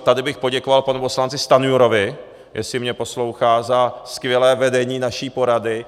Tady bych poděkoval panu poslanci Stanjurovi, jestli mě poslouchá, za skvělé vedení naší porady,